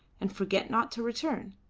and forget not to return.